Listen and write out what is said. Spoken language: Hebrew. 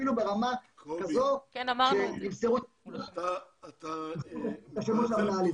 אפילו ברמה כזאת שימסרו את השמות של המנהלים.